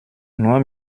nur